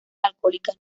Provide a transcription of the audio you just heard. alcohólicas